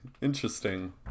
Interesting